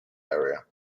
area